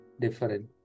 different